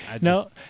No